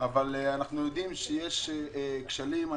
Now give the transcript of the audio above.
אנחנו יודעים שיש כשלים.